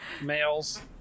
males